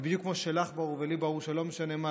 זה בדיוק כמו שלך ברור ולי ברור שלא משנה מה,